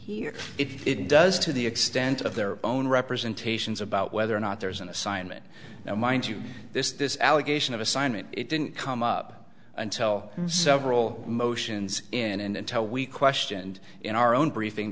here if it does to the extent of their own representations about whether or not there is an assignment now mind you this this allegation of assignment it didn't come up until several motions in and until we questioned in our own briefing